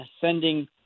sending